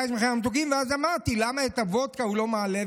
ואז אמרתי: למה את הוודקה הוא לא מעלה?